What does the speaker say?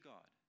God